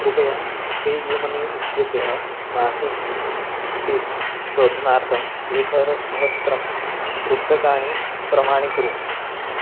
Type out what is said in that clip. कृपया PayUmoney इत्यतः मासिक् सिप् शोधनार्थम् एकसहस्ररूप्यकाणि प्रमाणीकुरु